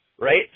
Right